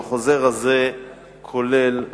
החוזר הזה כולל הנחיות,